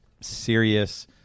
serious